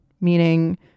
meaning